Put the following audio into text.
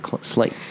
slate